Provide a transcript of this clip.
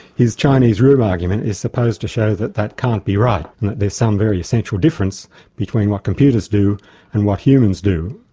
his chinese room argument is supposed to show that that can't be right and that there's some very essential difference between what computers do and what humans do.